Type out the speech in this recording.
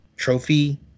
Trophy